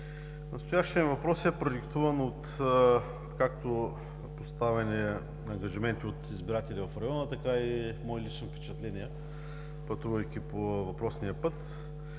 Настоящият ми въпрос е продиктуван както от поставени ангажименти от избиратели в района, така и мои лични впечатления, пътувайки по въпросния път.